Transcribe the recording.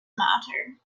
matter